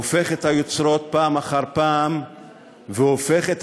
הופך את היוצרות פעם אחר פעם והופך את